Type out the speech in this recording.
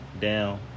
down